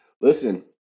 listen –